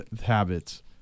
habits